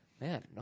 Man